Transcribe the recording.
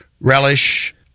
relish